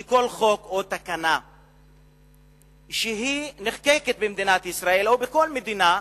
שכל חוק או תקנה שנחקקת במדינת ישראל או בכל מדינה,